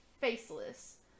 Faceless